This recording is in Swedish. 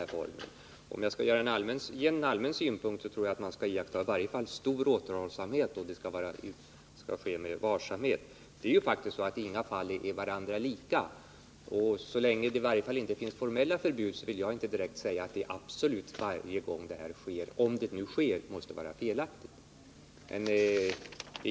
Rent allmänt tror jag att man bör iaktta stor återhållsamhet och att åtgärden bör vidtas med största varsamhet. Inga fall är varandra lika. Så länge det inte finns formella förbud vill jag inte direkt säga att åtgärden om den nu vidtas alltid måste vara felaktig.